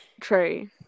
True